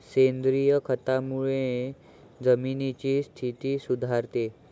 सेंद्रिय खतामुळे जमिनीची स्थिती सुधारते